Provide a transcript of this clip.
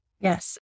Yes